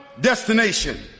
destination